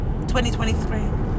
2023